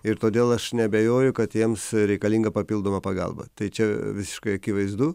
ir todėl aš neabejoju kad jiems reikalinga papildoma pagalba tai čia visiškai akivaizdu